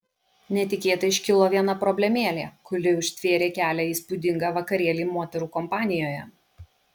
netikėtai iškilo viena problemėlė kuri užtvėrė kelią į įspūdingą vakarėlį moterų kompanijoje